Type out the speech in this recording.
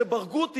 שברגותי,